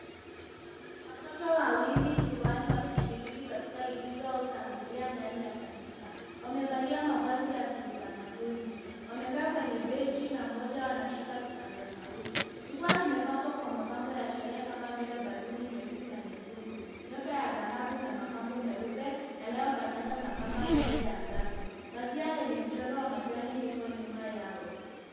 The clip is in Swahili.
Watoto wawili jukwaani wakishiriki katika igizo au tamthili ndani ya kanisa. Wamevalia mavazi ya kiutamaduni. Wamekaa kwenye benchi na mmoja anashika kipaza sauti. Jukwaa limepambwa kwa mapambo ya masherehe kama vile ballon nyeusi na nyekundu. Nyota ya dhahabu na mapambo nyeupe yanayofanana na pamba mbele ya ngazi. Pazia lenye mchoro wa majani lipo nyuma yao.